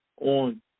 on